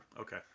Okay